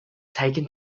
taken